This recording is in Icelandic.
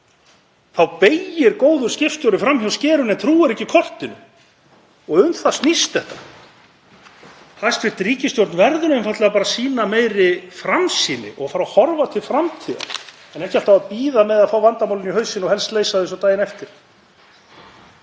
þá stýrir góður skipstjóri fram hjá skerinu en trúir ekki kortinu. Um það snýst þetta. Hæstv. ríkisstjórn verður einfaldlega að sýna meiri framsýni og fara að horfa til framtíðar en ekki alltaf að bíða með að fá vandamálin í hausinn og helst leysa þau svo daginn eftir.